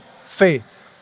faith